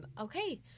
Okay